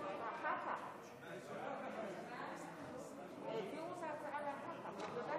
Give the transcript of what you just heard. אני חוזר: אנחנו עוברים להצבעה על הצעת חוק עבודת